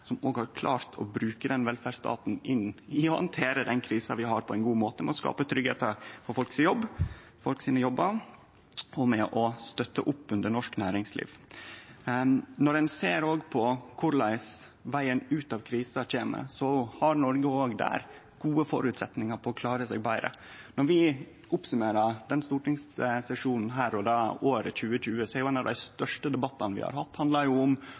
har klart å bruke den velferdsstaten til å handtere den krisa vi har, på ein god måte, ved å skape tryggleik for folk sine jobbar og ved å støtte opp under norsk næringsliv. Når ein òg ser på korleis vegen ut av krisa kjem, har Noreg òg der gode føresetnader for å klare seg betre. Når vi summerer opp denne stortingssesjonen og året 2020, har ein av dei største debattane vi har hatt, handla om